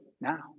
now